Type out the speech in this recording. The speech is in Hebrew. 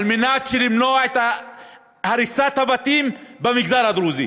על מנת למנוע את הריסת הבתים במגזר הדרוזי.